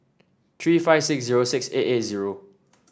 three five six zero six eight eight zero